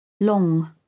long